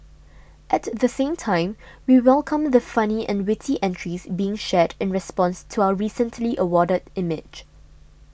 at the same time we welcome the funny and witty entries being shared in response to our recently awarded image